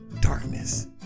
darkness